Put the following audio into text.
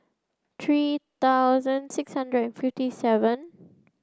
three thousand six hundred fifty seven